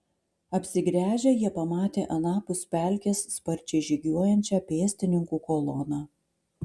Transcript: apsigręžę jie pamatė anapus pelkės sparčiai žygiuojančią pėstininkų koloną